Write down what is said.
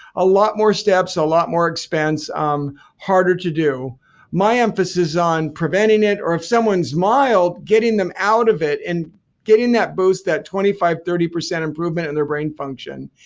a lot more steps, a lot more expense, um harder to do my emphasis is on preventing it or if someone's mild, getting them out of it and getting that boost, that twenty five, thirty percent improvement in their brain function.